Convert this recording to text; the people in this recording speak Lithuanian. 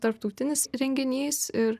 tarptautinis renginys ir